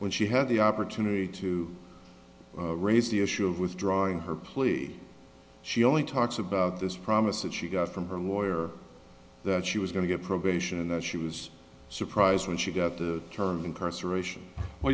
when she had the opportunity to raise the issue of withdrawing her plea she only talks about this promise that she got from her lawyer that she was going to get probation and that she was surprised when she got the term of incarceration w